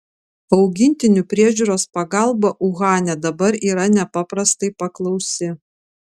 augintinių priežiūros pagalba uhane dabar yra nepaprastai paklausi